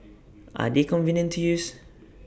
are they convenient to use